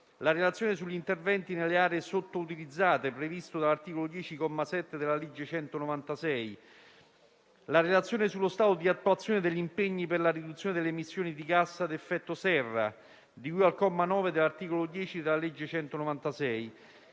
la relazione sugli interventi nelle aree sottoutilizzate, previsto dall'articolo 10, comma 7, della legge n. 196; la relazione sullo stato di attuazione degli impegni per la riduzione delle emissioni di gas ad effetto serra, di cui al comma 9 dell'articolo 10 della legge n.